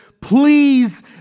please